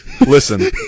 listen